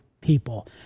people